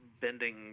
bending